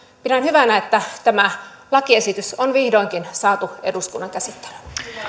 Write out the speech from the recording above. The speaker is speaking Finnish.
pidän hyvänä että tämä lakiesitys on vihdoinkin saatu eduskunnan käsittelyyn